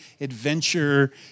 adventure